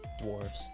Dwarves